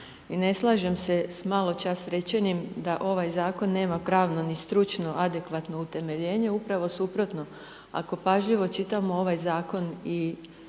I ne slažem se s maločas rečenim, da ovaj zakon nema pravo ni stručno adekvatno utemeljenje, upravo suprotno, ako pažljivo čitamo ovaj zakon i